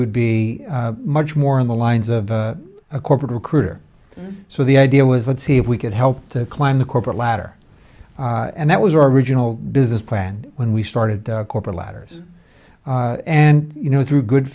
would be much more in the lines of a corporate recruiter so the idea was let's see if we could help to climb the corporate ladder and that was our original business plan when we started the corporate ladder and you know through good